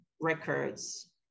records